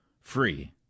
free